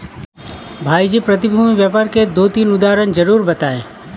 भाई जी प्रतिभूति व्यापार के दो तीन उदाहरण जरूर बताएं?